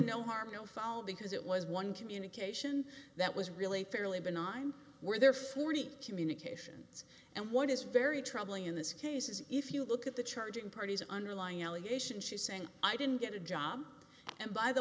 no harm no foul because it was one communication that was really fairly benign were there forty eight communications and one is very troubling in this case is if you look at the charging parties underlying allegation she's saying i didn't get a job and by the